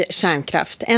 kärnkraft